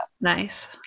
Nice